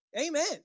Amen